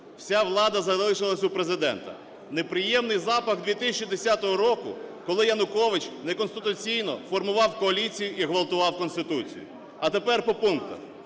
Вся влада залишилась у Президента. Неприємний запах 2010 року, коли Янукович неконституційно формував коаліцію і ґвалтував Конституцію. А тепер по пунктах.